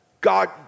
God